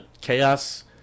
Chaos